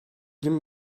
yirmi